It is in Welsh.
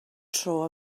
tro